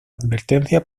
advertencia